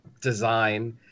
design